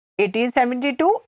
1872